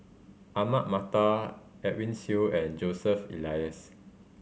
Ahmad Mattar Edwin Siew and Joseph Elias